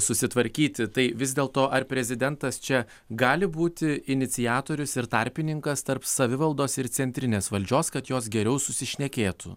susitvarkyti tai vis dėlto ar prezidentas čia gali būti iniciatorius ir tarpininkas tarp savivaldos ir centrinės valdžios kad jos geriau susišnekėtų